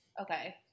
Okay